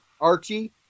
Archie